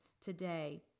today